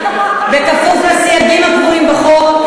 בכפוף לסייגים הקבועים בחוק.